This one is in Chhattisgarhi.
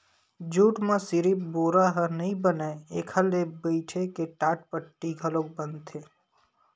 जूट म सिरिफ बोरा ह नइ बनय एखर ले बइटे के टाटपट्टी घलोक बनथे